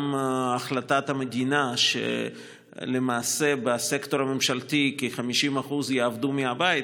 גם החלטת המדינה שבסקטור הממשלתי כ-50% יעבדו מהבית,